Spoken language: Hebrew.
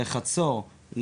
לחצור,